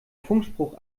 funkspruch